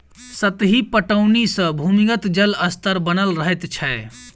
सतही पटौनी सॅ भूमिगत जल स्तर बनल रहैत छै